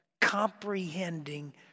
comprehending